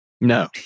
No